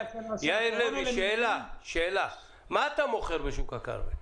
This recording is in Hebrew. מה אתה מוכר בשוק הכרמל?